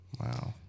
Wow